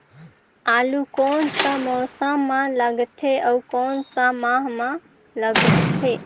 आलू कोन सा मौसम मां लगथे अउ कोन सा माह मां लगथे?